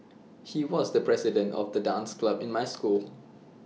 he was the president of the dance club in my school